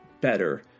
better